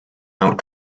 out